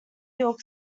york